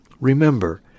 Remember